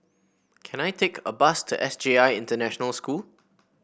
can I take a bus to S J I International School